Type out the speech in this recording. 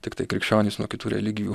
tiktai krikščionis nuo kitų religijų